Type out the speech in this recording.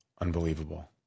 Unbelievable